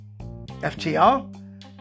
FTR